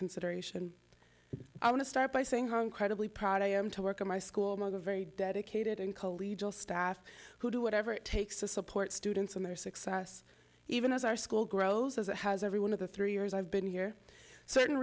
consideration i want to start by saying how incredibly proud i am to work in my school among the very dedicated and collegial staff who do whatever it takes to support students in their success even as our school grows as it has every one of the three years i've been here